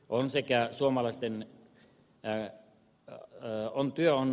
on sekä suomalaisten le ma on työ on